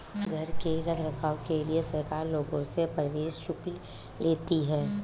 चिड़ियाघर के रख रखाव के लिए सरकार लोगों से प्रवेश शुल्क लेती है